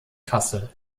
kassel